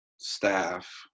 staff